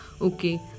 Okay